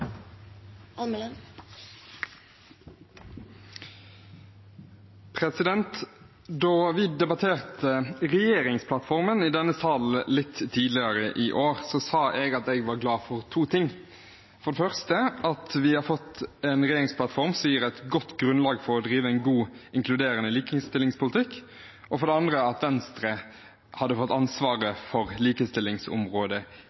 Da vi debatterte regjeringsplattformen i denne salen litt tidligere i år, sa jeg at jeg var glad for to ting: for det første for at vi har fått en regjeringsplattform som gir et godt grunnlag for å drive en god, inkluderende likestillingspolitikk, og for det andre for at Venstre har fått